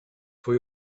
for